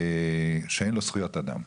שאין לו זכויות אדם.